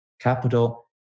Capital